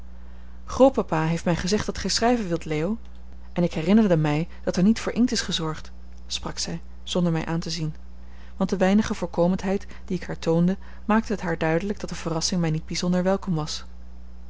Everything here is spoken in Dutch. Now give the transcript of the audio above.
grootpapa heeft mij gezegd dat gij schrijven wilt leo en ik herinnerde mij dat er niet voor inkt is gezorgd sprak zij zonder mij aan te zien want de weinige voorkomendheid die ik haar toonde maakte het haar duidelijk dat de verrassing mij niet bijzonder welkom was